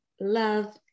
love